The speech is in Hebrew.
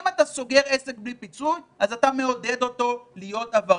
אם אתה סוגר עסק בלי פיצוי אתה מעודד אותו להיות עבריין.